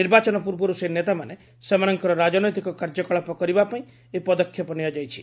ନିର୍ବାଚନ ପୂର୍ବରୁ ସେହି ନେତାମାନେ ସେମାନଙ୍କର ରାଜନୈତିକ କାର୍ଯ୍ୟକଳାପ କରିବାପାଇଁ ଏହି ପଦକ୍ଷେପ ନିଆଯାଇଛି